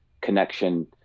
connection